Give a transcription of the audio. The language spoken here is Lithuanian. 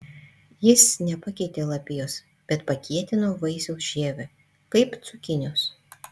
jis nepakeitė lapijos bet pakietino vaisiaus žievę kaip cukinijos